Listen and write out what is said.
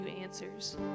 answers